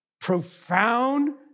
profound